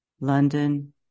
London